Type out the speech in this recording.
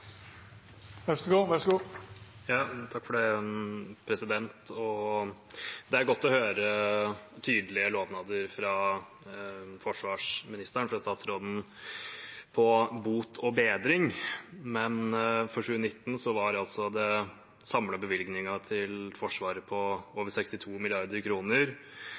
Det vert replikkordskifte. Det er godt å høre tydelige lovnader fra forsvarsministeren, fra statsråden, om bot og bedring, men for 2019 var altså den samlede bevilgningen til Forsvaret på over 62